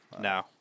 No